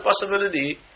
possibility